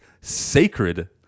sacred